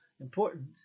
important